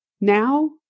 now